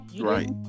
Right